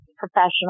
professional